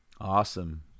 Awesome